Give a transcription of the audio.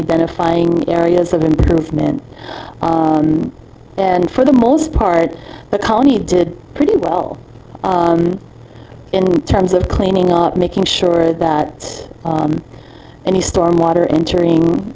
identifying areas of improvement and for the most part the county did pretty well in terms of cleaning up making sure that any storm water entering